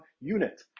unit